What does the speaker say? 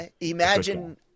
imagine